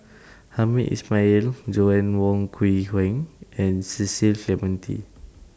Hamed Ismail Joanna Wong Quee Heng and Cecil Clementi